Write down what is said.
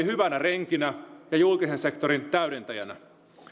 hyvänä renkinä ja julkisen sektorin täydentäjänä